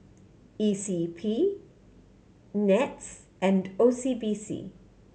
E C P N E T S and O C B C